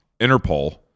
Interpol